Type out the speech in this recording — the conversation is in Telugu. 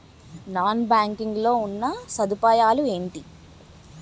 నాన్ బ్యాంకింగ్ లో ఉన్నా సదుపాయాలు ఎంటి?